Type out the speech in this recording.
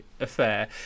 affair